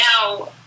now